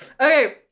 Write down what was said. Okay